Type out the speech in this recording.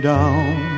Down